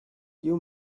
you